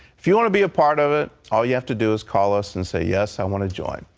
if you want to be a part of it, all you have to do is call us and say, yes, i want to join.